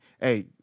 Hey